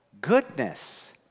goodness